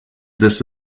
this